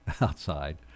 outside